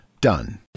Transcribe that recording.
done